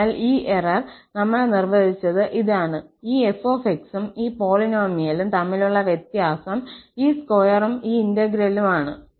അതിനാൽ ഈ എറർ നമ്മൾ നിർവചിച്ചത് ഇതാണ് ഈ f 𝑥 ഉം ഈ പോളിനോമിയലും തമ്മിലുള്ള വ്യത്യാസം ഈ സ്ക്വയറും ഈ ഇന്റെഗ്രേലും ആണ്